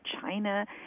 China